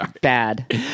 bad